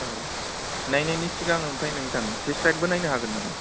औ नायनायनि सिगां ओम्फ्राय नोंथां टेस्ट राइडबो नायनो हागोन नामा